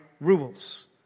rules